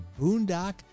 boondock